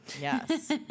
Yes